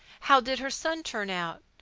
how did her son turn out?